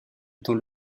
dans